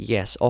Yes